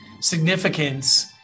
significance